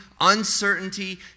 uncertainty